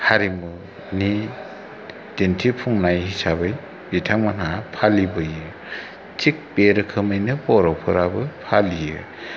हारिमुनि दिन्थिफुंनाय हिसाबै बिथांमोना फालिबोयो थिक बे रोखोमैनो बर'फोराबो फालियो